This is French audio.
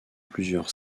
plusieurs